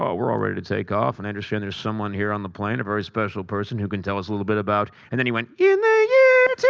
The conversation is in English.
we're all ready to take off, and i understand there's someone here on the plane, a very special person who can tell us a little bit about and then he went, in the year two